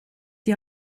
die